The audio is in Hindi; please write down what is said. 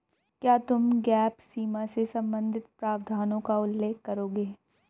क्या तुम गैप सीमा से संबंधित प्रावधानों का उल्लेख करोगे?